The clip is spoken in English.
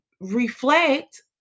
reflect